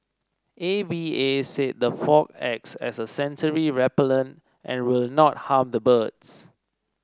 A V A said the fog acts as a sensory repellent and will not harm the birds